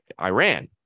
Iran